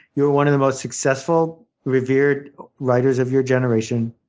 you're one of the most successful, revered writers of your generation.